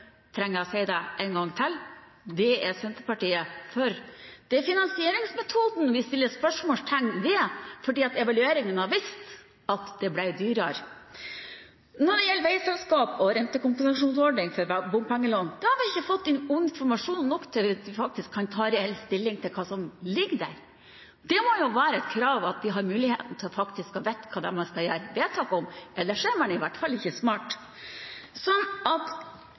Trenger jeg å si det en gang til? Dette er Senterpartiet for. Det er finansieringsmetoden vi setter spørsmålstegn ved, for evalueringen har vist at det blir dyrere. Når det gjelder veiselskap og rentekompensasjonsordning for bompengelån, har vi ikke fått god nok informasjon til å ta reell stilling til hva som ligger der. Det må være et krav at vi har mulighet til å vite hva man skal fatte vedtak om, ellers er man i hvert fall ikke smart. Konklusjonen til slutt er at